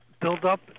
buildup